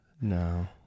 No